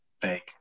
fake